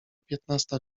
piętnasta